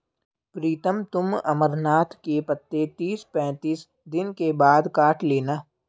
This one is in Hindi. प्रीतम तुम अमरनाथ के पत्ते तीस पैंतीस दिन के बाद काट लेना